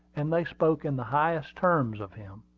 and they spoke in the highest terms of him.